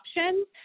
options